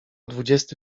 dwudziesty